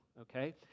okay